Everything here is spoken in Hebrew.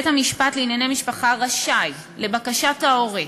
בית-המשפט לענייני משפחה רשאי, לבקשת ההורה,